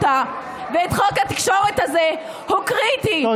וחוק התקשורת הזה הוא קריטי,